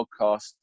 podcast